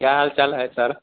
क्या हाल चाल है सर